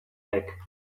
egg